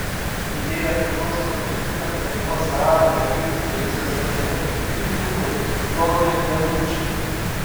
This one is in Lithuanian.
idėja priklauso tuometiniam lietuvos radijo ir televizijos komiteto pirmininkui jonui januičiui